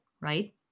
right